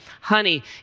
Honey